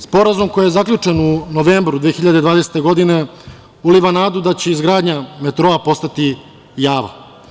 Sporazum koji je zaključen u novembru 2020. godine uliva nadu da će izgradnja metroa postati java.